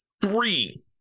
three